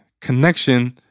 Connection